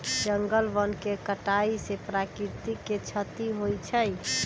जंगल वन के कटाइ से प्राकृतिक के छति होइ छइ